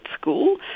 School